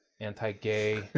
anti-gay